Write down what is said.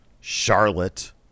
Charlotte